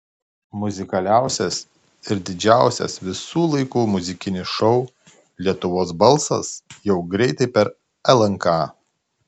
muzikaliausias ir didžiausias visų laikų muzikinis šou lietuvos balsas jau greitai per lnk